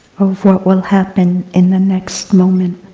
of what will happen in the next moment.